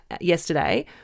yesterday